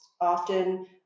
often